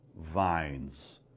Vines